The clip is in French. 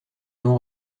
non